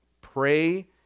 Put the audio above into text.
Pray